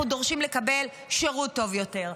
אנחנו דורשים לקבל שירות טוב יותר.